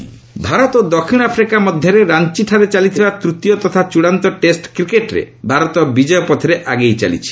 cricket Bharat ଓ ଦକ୍ଷିଣ Africa ମଧ୍ୟରେ ରାଞ୍ଚିଠାରେ ଚାଲିଥିବା ତୃତୀୟ ତଥା ଚ୍ଚଡ଼ାନ୍ତ ଟେଷ୍ଟ କ୍ରିକେଟ୍ରେ ଭାରତ ବିଜୟପଥରେ ଆଗେଇ ଚାଲିଛି